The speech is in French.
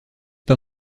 pas